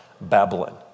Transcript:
Babylon